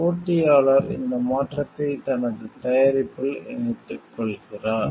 போட்டியாளர் இந்த மாற்றத்தை தனது தயாரிப்பில் இணைத்துக் கொள்கிறார்